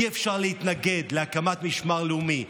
אי-אפשר להתנגד להקמת משמר לאומי,